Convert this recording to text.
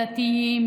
דתיים,